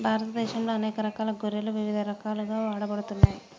భారతదేశంలో అనేక రకాల గొర్రెలు ఇవిధ రకాలుగా వాడబడుతున్నాయి